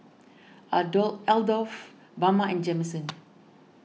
Adore Adolph Bama and Jamison